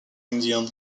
indian